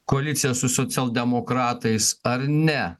koaliciją su socialdemokratais ar ne